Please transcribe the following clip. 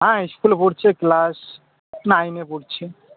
হ্যাঁ স্কুলে পড়ছে ক্লাস নাইনে পড়ছে